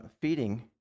feeding